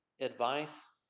advice